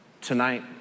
tonight